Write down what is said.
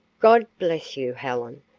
god bless you, helen,